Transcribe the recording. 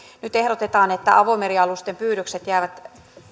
nyt ehdotetaan että avomerialusten pyydykset jäävät